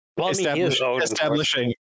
establishing